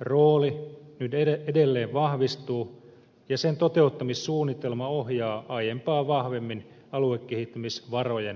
rooli nyt edelleen vahvistuu ja sen toteuttamissuunnitelma ohjaa aiempaa vahvemmin aluekehittämisvarojen käyttöä